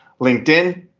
LinkedIn